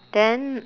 then